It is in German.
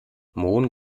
mohn